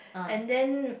and then